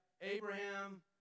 Abraham